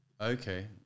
Okay